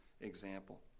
example